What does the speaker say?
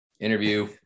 interview